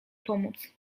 pomóc